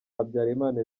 habyarimana